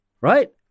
right